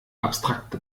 abstrakte